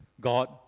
God